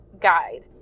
Guide